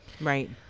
Right